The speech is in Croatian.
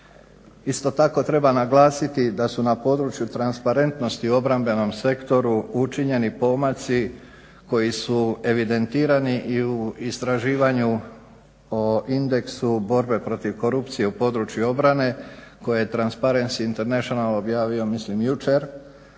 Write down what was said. Isto tako treba naglasiti da su na području transparentnosti u obrambenom sektoru učinjeni pomaci koji su evidentirati i u istraživanju o indeksu borbe protiv korupcije u području obrane koji je Transparency International objavio mislim jučer